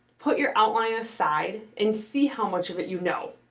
put your outline aside and see how much of it you know.